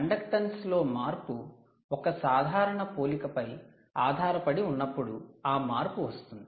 conductance లో మార్పు ఒక సాధారణ పోలిక పై ఆధారపడి ఉన్నప్పుడు ఆ మార్పు వస్తుంది